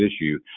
issue